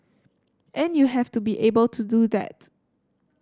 and you have to be able to do that